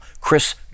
Chris